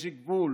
יש גבול